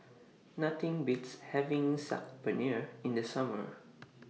Nothing Beats having Saag Paneer in The Summer